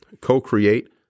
co-create